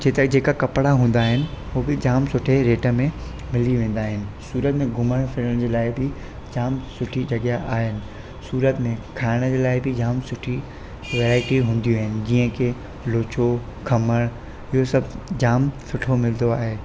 जेताई जेका कपिड़ा हूंदा आहिनि उहो बि जाम सुठे रेट में मिली वेंदा आहिनि सूरत में घुमण फिरण जे लाइ बि जाम सुठी जॻहया आहिनि सूरत में खाइण जे लाइ बि झाम सुठी वैरायटी हूंदियूं आहिनि जीअं की लूचो खमण इहो सभु झाम सुठो मिलंदो आहे